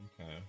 okay